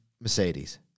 Mercedes